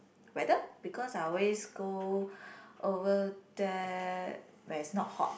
weather because I always go over there when it is not hot